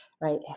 right